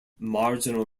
marginal